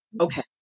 Okay